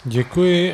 Děkuji.